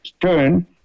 turn